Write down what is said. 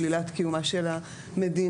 שלילת קיומה של המדינה.